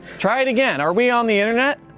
try it again, are we on the internet?